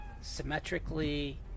symmetrically